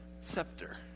scepter